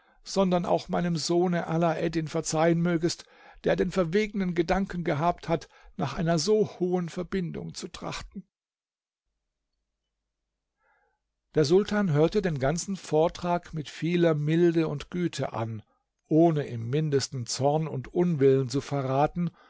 sondern auch meinem sohne alaeddin verzeihen mögest der den verwegenen gedanken gehabt hat nach einer so hohen verbindung zu trachten der sultan hörte den ganzen vortrag mit vieler milde und güte an ohne im mindesten zorn und unwillen zu verraten